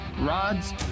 rods